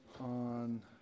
on